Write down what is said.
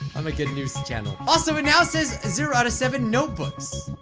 um good news the channel also announces zero out of seven notebooks.